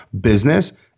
business